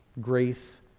Grace